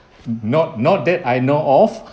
not not that I know of